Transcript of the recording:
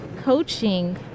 coaching